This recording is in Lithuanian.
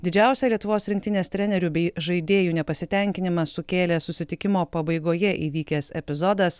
didžiausią lietuvos rinktinės trenerių bei žaidėjų nepasitenkinimą sukėlė susitikimo pabaigoje įvykęs epizodas